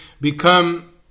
become